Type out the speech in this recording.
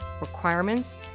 requirements